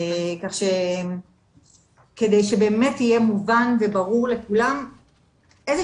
כך שכדי שבאמת יהיה מובן וברור לכולם איזה